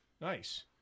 Nice